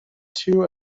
two